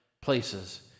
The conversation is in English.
places